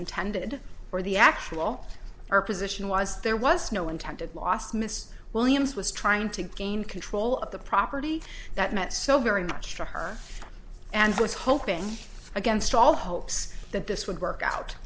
intended or the actual or position was there was no intended lost mr williams was trying to gain control of the property that meant so very much to her and was hoping against all hopes that this would work out